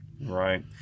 Right